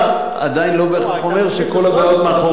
עדיין לא בהכרח אומר שכל הדברים מאחורינו.